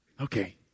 Okay